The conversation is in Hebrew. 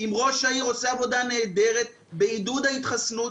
ראש העיר עושה עבודה נהדרת בעידוד ההתחסנות,